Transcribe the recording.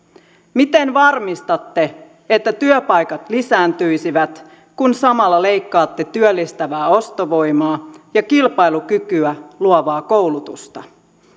miten varmistatte että työpaikat lisääntyisivät kun samalla leikkaatte työllistävää ostovoimaa ja kilpailukykyä luovaa koulutusta